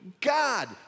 God